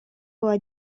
была